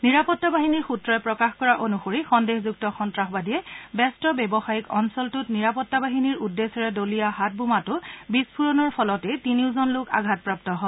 নিৰাপত্তাবাহিনীৰ সূত্ৰই প্ৰকাশ কৰা অনুসৰি সন্দেহযুক্ত সন্তাসবাদীয়ে ব্যস্ত ব্যৱসায়িক অঞ্চলটোত নিৰাপত্তাবাহিনীৰ উদ্দেশ্যেৰে দলিওৱা হাত বোমাটো বিস্ফোৰণৰ ফলত তিনিওজন লোক আঘাতপ্ৰাপ্ত হয়